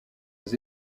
des